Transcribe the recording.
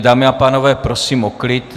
Dámy a pánové, prosím o klid.